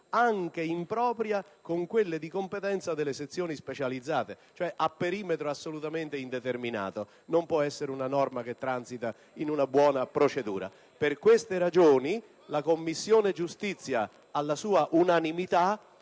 anche impropria, con quelle di competenza delle sezioni specializzate», con un perimetro assolutamente indeterminato. Questa non può essere una norma che fa parte di una buona procedura. Per queste ragioni la Commissione giustizia, all'unanimità,